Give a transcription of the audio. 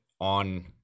on